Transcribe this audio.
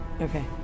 okay